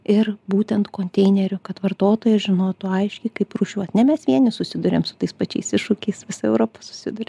ir būtent konteinerių kad vartotojai žinotų aiškiai kaip rūšiuot ne mes vieni susiduriam su tais pačiais iššūkiais visa europa susiduria